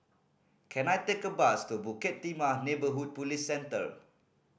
can I take a bus to Bukit Timah Neighbourhood Police Centre